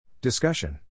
Discussion